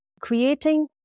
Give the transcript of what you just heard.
creating